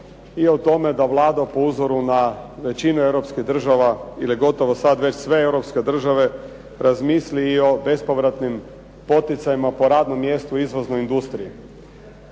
i o tome da Vlada i po uzoru na većinu europskih država, ili gotovo sada već sve europske države razmisli i o bespovratnim poticajima, po radnom mjestu izvoznoj industriji.